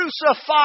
crucified